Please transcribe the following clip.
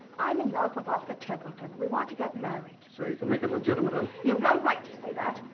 i'm in love with arthur templeton. we want to get married. so you can make it legitimate, ah? you've no right to say that.